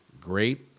great